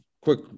quick